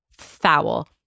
foul